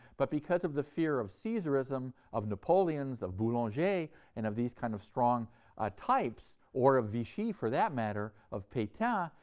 but because of the fear of caesarism, of napoleons, of boulanger and of these kind of strong ah types, or of vichy, for that matter, of petain,